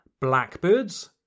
blackbirds